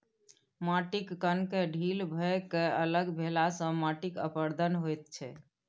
माटिक कणकेँ ढील भए कए अलग भेलासँ माटिक अपरदन होइत छै